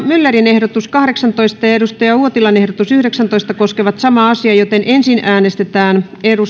ehdotus kahdeksantoista ja kari uotilan ehdotus yhdeksäntoista koskevat samaa määrärahaa joten ensin äänestetään